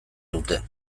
dute